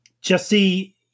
Jesse